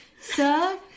sir